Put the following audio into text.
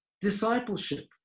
discipleship